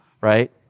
right